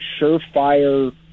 surefire